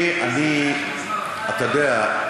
אתה יודע,